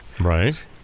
right